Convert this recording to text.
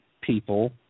people